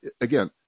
again